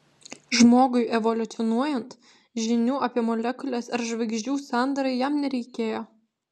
žmogui evoliucionuojant žinių apie molekules ar žvaigždžių sandarą jam nereikėjo